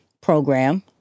program